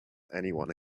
anyone